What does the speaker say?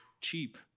cheap